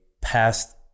past